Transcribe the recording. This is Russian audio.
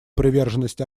приверженность